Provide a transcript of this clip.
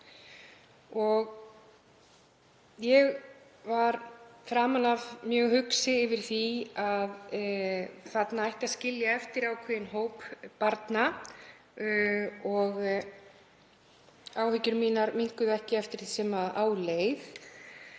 Og ég var framan af mjög hugsi yfir því að þarna ætti að skilja eftir ákveðinn hóp barna og áhyggjur mínar minnkuðu ekki eftir því sem á leið.